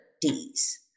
Ds